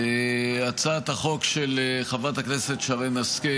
הצעת החוק של חברת הכנסת שרן השכל